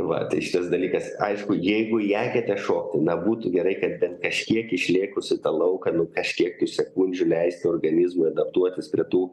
va tai šitas dalykas aišku jeigu į eketę šokti na būtų gerai kad bent kažkiek išlėkus į tą lauką nu kažkiek ir sekundžių leisti organizmui adaptuotis prie tų